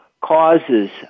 causes